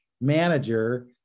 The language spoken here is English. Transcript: manager